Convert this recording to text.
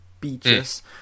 beaches